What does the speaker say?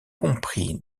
compris